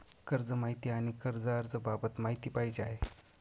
कर्ज माहिती आणि कर्ज अर्ज बाबत माहिती पाहिजे आहे